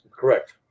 Correct